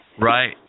Right